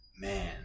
man